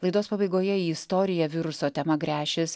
laidos pabaigoje į istoriją viruso tema gręšis